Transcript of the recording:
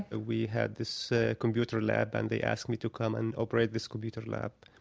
ah we had this computer lab, and they asked me to come and operate this computer lab.